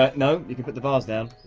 ah no. you can put the vase down.